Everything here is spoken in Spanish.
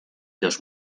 dos